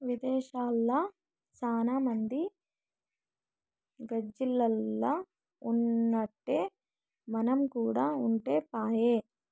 విదేశాల్ల సాన మంది గాజిల్లల్ల ఉన్నట్టే మనం కూడా ఉంటే పాయె